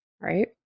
right